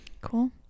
Cool